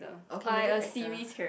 okay movie character